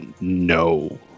no